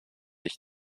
ich